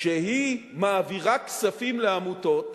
כשהיא מעבירה כספים לעמותות,